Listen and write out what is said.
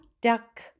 duck